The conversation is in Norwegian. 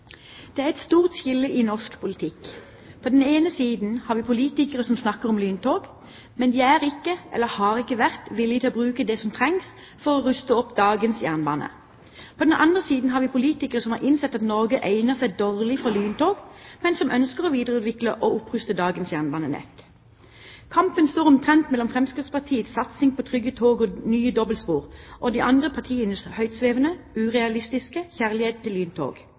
Det er et stort skille i norsk politikk. På den ene siden har vi politikere som snakker om lyntog, men de er ikke, eller har ikke vært, villige til å bruke det som trengs for å ruste opp dagens jernbane. På den andre siden har vi politikere som har innsett at Norge egner seg dårlig for lyntog, men som ønsker å videreutvikle og oppruste dagens jernbanenett. Kampen står omtrent mellom Fremskrittspartiets satsing på trygge tog og nye dobbeltspor og de andre partienes høytsvevende, urealistiske kjærlighet til lyntog.